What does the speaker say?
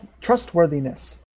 trustworthiness